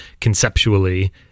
conceptually